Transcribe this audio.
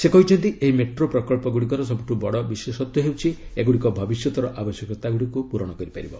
ସେ କହିଛନ୍ତି ଏହି ମେଟ୍ରୋ ପ୍ରକଚ୍ଚଗୁଡ଼ିକର ସବୁଠୁ ବଡ଼ ବିଶେଷତ୍ୱ ହେଉଛି ଏଗୁଡ଼ିକ ଭବିଷ୍ୟତର ଆବଶ୍ୟକତାଗୁଡ଼ିକୁ ପୂରଣ କରିପାରିବ